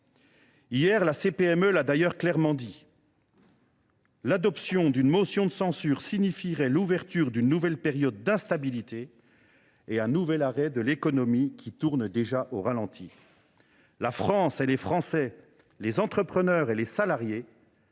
(CPME) l’a d’ailleurs clairement dit :« L’adoption d’une motion de censure signifierait l’ouverture d’une nouvelle période d’instabilité et un nouvel arrêt de l’économie qui tourne déjà au ralenti. […] La France et les Français, les entrepreneurs et les salariés,